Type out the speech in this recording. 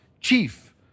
chief